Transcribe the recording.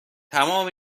تمام